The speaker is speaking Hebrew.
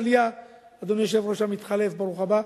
אדוני היושב-ראש המתחלף, ברוך הבא.